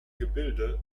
gebilde